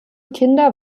kinder